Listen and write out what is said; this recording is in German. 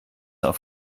auf